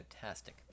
Fantastic